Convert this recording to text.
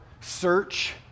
search